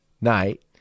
night